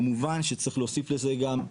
כמובן שצריך להוסיף לזה גם,